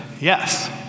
Yes